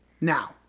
now